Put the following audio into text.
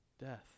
death